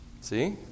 See